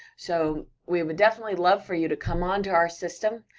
so, we would definitely love for you to come onto our system,